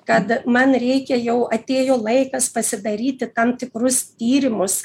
kad man reikia jau atėjo laikas pasidaryti tam tikrus tyrimus